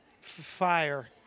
fire